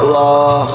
law